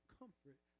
comfort